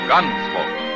Gunsmoke